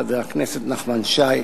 חבר הכנסת נחמן שי,